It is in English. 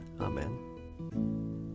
Amen